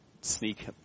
sneak